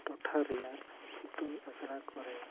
ᱴᱚᱴᱷᱟ ᱨᱮᱭᱟᱜ ᱤᱛᱩᱱ ᱟᱥᱲᱟ ᱠᱚᱨᱮ